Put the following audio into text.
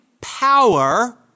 power